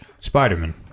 Spider-Man